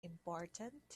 important